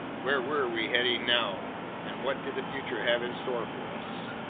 where were we heading now, and what did the future have in store for us?